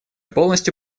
полностью